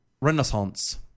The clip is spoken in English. renaissance